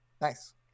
Nice